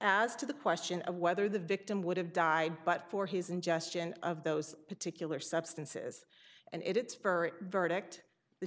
as to the question of whether the victim would have died but for his ingestion of those particular substances and it verdict the